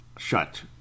shut